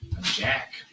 Jack